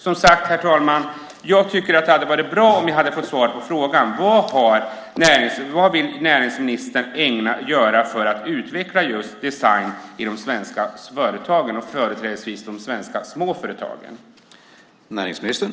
Som sagt, herr talman, tycker jag att det hade varit bra om jag hade fått svar på frågan. Vad vill näringsministern göra för att utveckla just design i de svenska företagen, företrädesvis de svenska små företagen?